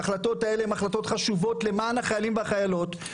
ההחלטות האלה הן החלטות חשובות למען החיילים והחיילות.